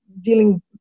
dealing